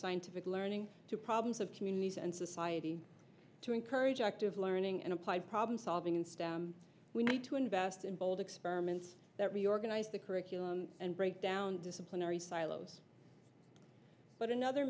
scientific learning to problems of communities and society to encourage active learning and applied problem solving instead we need to invest in bold experiments that reorganize the curriculum and break down disciplinary silos but another